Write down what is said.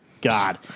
God